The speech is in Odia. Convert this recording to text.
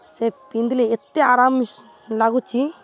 ସେ ପିନ୍ଧିଲେ ଏତେ ଆରାମ ଲାଗୁଛି